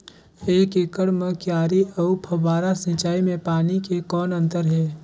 एक एकड़ म क्यारी अउ फव्वारा सिंचाई मे पानी के कौन अंतर हे?